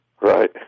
Right